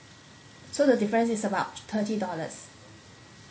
so the difference is about thirty dollars